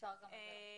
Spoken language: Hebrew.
אפשר גם את זה לעשות.